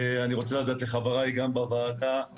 אני רוצה להודות לחבריי גם בוועדה, חברי הכנסת.